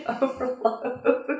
overload